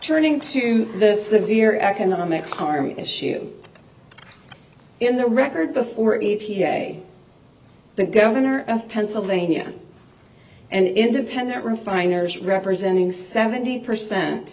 turning to the severe economic harm issue in the record before e p a the governor of pennsylvania and independent refiners representing seventy percent